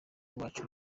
wacu